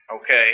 okay